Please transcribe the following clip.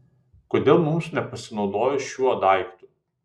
kodėl mums nepasinaudojus šiuo daiktu